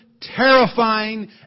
terrifying